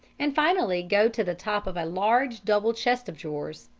and finally go to the top of a large double chest of drawers.